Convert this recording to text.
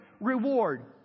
reward